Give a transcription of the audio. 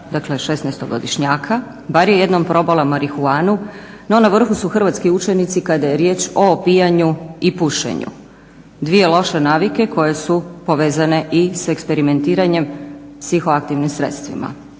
dakle 16-godišnjaka, bar je jednom probalo marihuanu, no na vrhu su hrvatski učenici kada je riječ o opijanju i pušenju. Dvije loše navike koje su povezane i s eksperimentiranjem psihoaktivnim sredstvima.